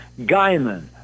guyman